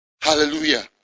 Hallelujah